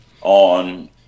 on